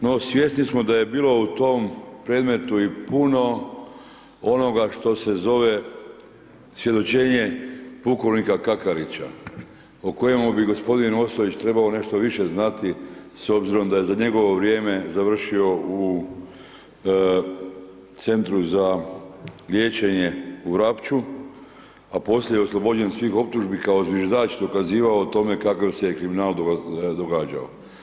No, svjesni smo da je bilo u tom predmetu i puno onoga što se zove svjedočenje pukovnika Kakarića o kojemu bi gospodin Ostojić trebao nešto više znati s obzirom da je za njegovo vrijeme završio u Centru za liječenje u Vrapču a poslije je oslobođen svih optužbi kao zviždač dokazivao o tome kakav se kriminal događao.